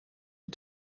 een